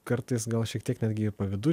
kartais gal šiek tiek netgi ir pavydu